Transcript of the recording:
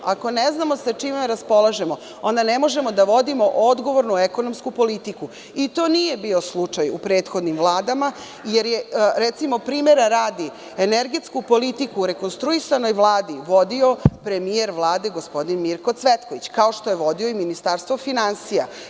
Ako ne znamo sa čime raspolažemo, onda ne možemo da vodimo odgovornu ekonomsku politiku i to nije bio slučaj u prethodnim vladama, jer je, recimo, primera radi, energetsku politiku u rekonstruisanoj vladi vodio premijer Vlade, gospodin Mirko Cvetković, kao što je vodio i Ministarstvo finansija.